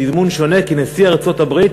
התזמון שונה כי נשיא ארצות-הברית